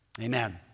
Amen